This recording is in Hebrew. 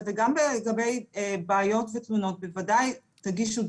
וגם לגבי בעיות ותלונות בוודאי תגישו,